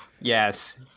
yes